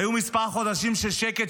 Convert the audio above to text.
היו כמה חודשים של שקט,